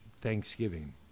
Thanksgiving